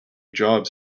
jobs